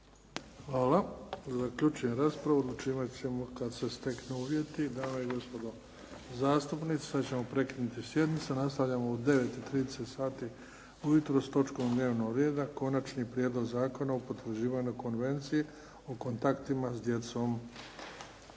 Hvala. Zaključujem raspravu. Odlučivat ćemo kad se steknu uvjeti. Dame i gospodo zastupnici sad ćemo prekinuti sjednicu. Nastavljamo u 9 i 30 sati ujutro s točkom dnevnog reda Konačni prijedlog zakona o potvrđivanju konvencije o kontaktima s djecom.